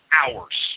hours